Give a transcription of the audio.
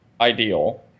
ideal